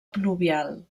pluvial